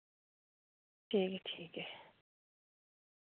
ठीक ऐ ठीक ऐ